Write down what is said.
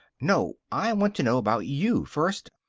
no, i want to know about you first.